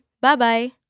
Bye-bye